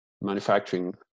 manufacturing